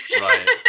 Right